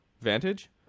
Vantage